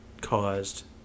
caused –